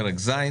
פרק ז',